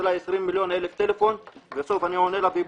אליי 20,000 פעמים בטלפון ובסוף אני עונה לה והיא